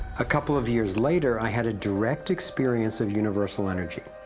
a couple of years later, i had a direct experience of universal energy.